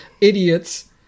idiots